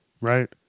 Right